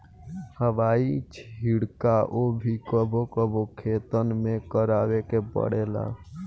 हवाई छिड़काव भी कबो कबो खेतन में करावे के पड़ेला